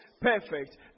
perfect